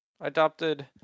Adopted